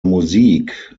musik